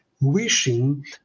wishing